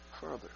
further